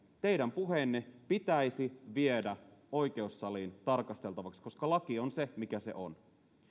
teidän puheenne pitäisi viedä oikeussaliin tarkasteltavaksi koska laki on se mikä se on